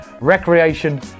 recreation